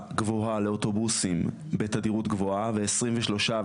גבוהה לאוטובוסים בתדירות גבוהה ו-23,